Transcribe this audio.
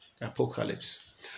Apocalypse